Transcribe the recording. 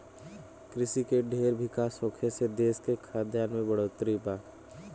कृषि के ढेर विकास होखे से देश के खाद्यान में बढ़ोतरी बा